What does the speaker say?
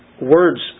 words